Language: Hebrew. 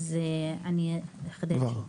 אז אני אחדד שוב,